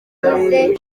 ihuriwemo